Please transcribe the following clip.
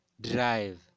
drive